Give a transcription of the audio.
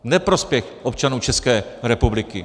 V neprospěch občanů České republiky.